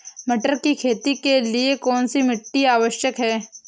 मटर की खेती के लिए कौन सी मिट्टी आवश्यक है?